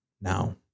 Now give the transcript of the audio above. now